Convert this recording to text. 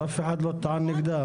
אז אף אחד לא טען נגדה,